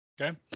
Okay